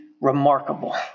remarkable